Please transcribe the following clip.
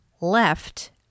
left